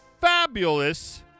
fabulous